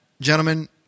gentlemen